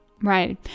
right